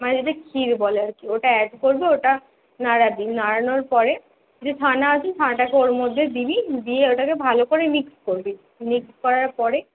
মানে যেটা ক্ষীর বলে আর কি ওটা অ্যাড করবি ওটা নাড়াবি নাড়ানোর পরে যে ছানা আছে ছানাটাকে ওর মধ্যে দিবি দিয়ে ওটাকে ভালো করে মিক্স করবি মিক্স করার পরে